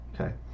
okay